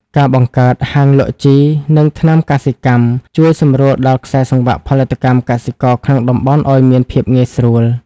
ការបង្កើត "ហាងលក់ជី និងថ្នាំកសិកម្ម" ជួយសម្រួលដល់ខ្សែសង្វាក់ផលិតកម្មកសិករក្នុងតំបន់ឱ្យមានភាពងាយស្រួល។